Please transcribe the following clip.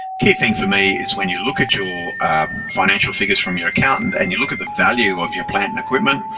key thing for me is when you look at your financial figures from your accountant and you look at the value of your plan and equipment,